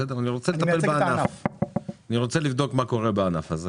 אני רוצה לבדוק מה קורה בענף הזה